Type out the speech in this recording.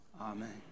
Amen